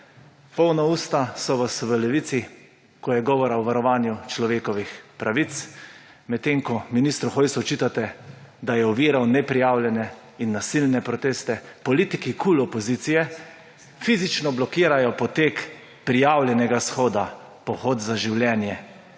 Polna usta so vas v Levici, ko je govora o varovanju človekovih pravic. Medtem ko ministru Hojsu očitate, da je oviral neprijavljene in nasilne proteste, politiki opozicije KUL fizično blokirajo potek prijavljenega shoda Pohod za življenje.